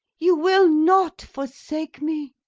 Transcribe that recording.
you will not forsake me?